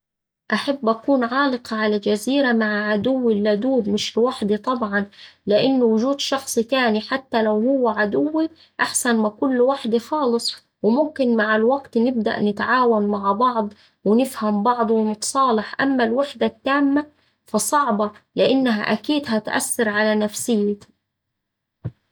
أحب أكون عالقة على جزيرة مع عدوي اللدود مش لوحدي طبعا لإن وجود شخص تاني حتى لو هوه عدوي أحسن ما أكون لوحدي خالص، وممكن مع الوقت نبدأ نتعاون مع بعض ونفهم بعض ونتصالح. أما الوحدة التامة فصعبة لإنها أكيد هتأثر على نفسيتي.